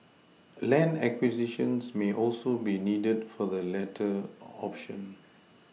land acquisitions may also be needed for the latter option